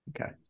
Okay